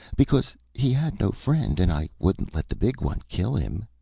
because he had no friend, and i wouldn't let the big one kill him.